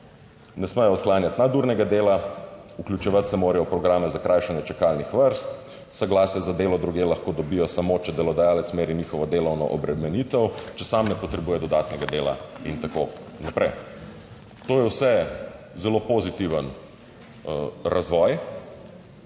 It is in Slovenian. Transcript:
ne smejo odklanjati nadurnega dela, vključevati se morajo v programe za krajšanje čakalnih vrst, soglasje za delo drugje lahko dobijo samo, če delodajalec meri njihovo delovno obremenitev, če sam ne potrebuje dodatnega dela in tako naprej. To je vse, zelo pozitiven razvoj